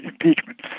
impeachment